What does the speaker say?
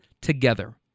together